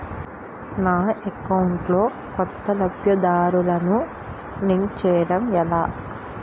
నా అకౌంట్ లో కొత్త లబ్ధిదారులను లింక్ చేయటం ఎలా?